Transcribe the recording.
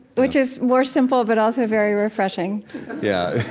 which is more simple, but also very refreshing yeah.